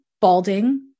balding